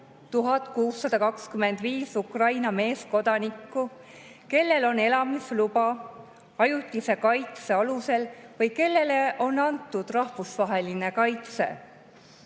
8625 Ukraina meeskodanikku, kellel on elamisluba ajutise kaitse alusel või kellele on antud rahvusvaheline